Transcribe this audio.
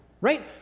right